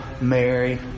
Mary